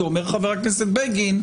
כי אומר חבר הכנסת בגין,